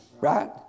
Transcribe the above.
Right